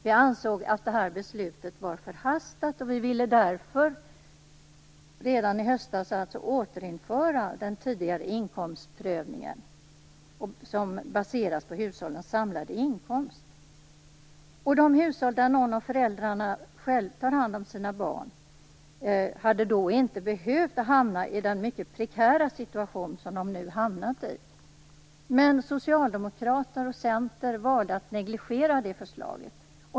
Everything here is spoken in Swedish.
Vi ansåg att beslutet var förhastat och ville därför återinföra den tidigare inkomstprövningen som baseras på hushållens samlade inkomst. De hushåll där någon av föräldrarna själv tar hand om sina barn hade då inte behövt hamna i den mycket prekära situation som de nu har hamnat i. Men Socialdemokraterna och Centern valde att negligera det förslaget.